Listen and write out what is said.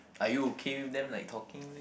are you okay with them like talking